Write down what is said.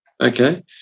Okay